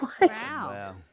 Wow